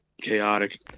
chaotic